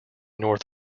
north